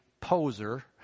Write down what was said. poser